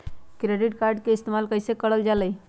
Credit card के इस्तेमाल कईसे करल जा लई?